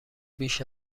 بیش